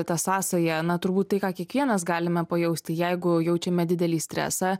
ta sąsaja na turbūt tai ką kiekvienas galime pajaust tai jeigu jaučiame didelį stresą